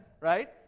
right